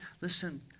listen